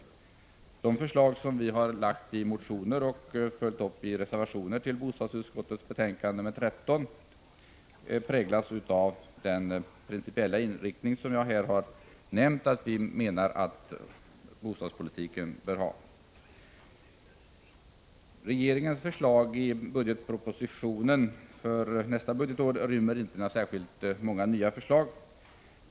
De förslag vi lagt fram i motioner och reservationer till bostadsutskottets betänkande 13 präglas av denna principiella inriktning för bostadspolitiken. Regeringens förslag i budgetpropositionen för nästa budgetår rymmer inte särskilt många nya förslag.